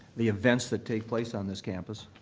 the events that take place on this campus,